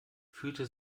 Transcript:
fühlte